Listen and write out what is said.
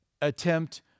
attempt